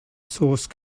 source